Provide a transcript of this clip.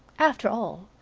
after all,